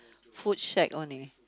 food shack what do you mean